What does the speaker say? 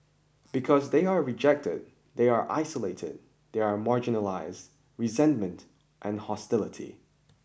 because they are rejected they are isolated they are marginalised resentment and hostility